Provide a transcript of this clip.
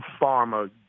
pharma